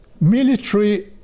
military